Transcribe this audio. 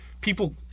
people